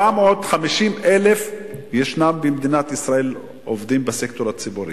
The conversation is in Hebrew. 750,000 במדינת ישראל עובדים בסקטור הציבורי,